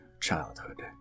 childhood